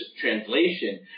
translation